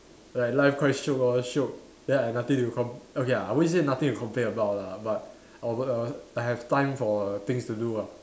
like life quite shiok orh shiok then I have nothing to com~ okay ya I won't say nothing to complain about lah but I'm gonna I have time for things to do ah